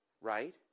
Right